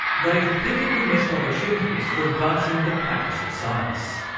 they've repeatedly missed opportunities for advancing the practice of science.